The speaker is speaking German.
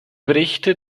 berichte